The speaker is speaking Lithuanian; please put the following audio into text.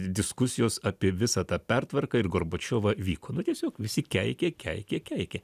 diskusijos apie visą tą pertvarką ir gorbačiovą vyko nu tiesiog visi keikė keikė keikė